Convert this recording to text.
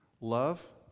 love